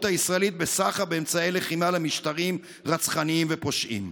הישראלית בסחר באמצעי לחימה למשטרים רצחניים ופושעים.